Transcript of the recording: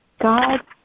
God